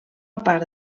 part